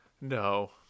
No